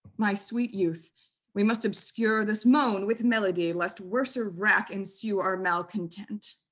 my sweet youth we must obscure this moan with melody, lest worser wrack ensue our malcontent.